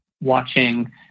watching